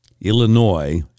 Illinois